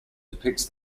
depicts